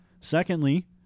Secondly